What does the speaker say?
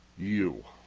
you